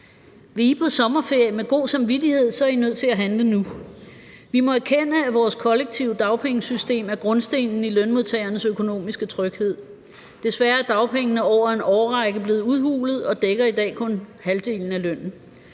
Vil I på sommerferie med god samvittighed, så er I nødt til at handle nu. Vi må erkende, at vores kollektive dagpengesystem er grundstenen i lønmodtagernes økonomiske tryghed. Desværre er dagpengene over en årrække blevet udhulet og dækker i dag kun halvdelen af lønnen.